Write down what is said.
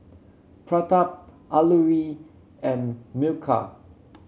Pratap Alluri and Milkha